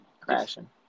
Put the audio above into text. Crashing